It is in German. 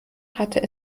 hat